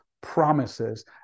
promises